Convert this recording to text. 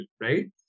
right